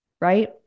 right